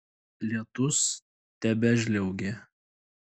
lietus tebežliaugė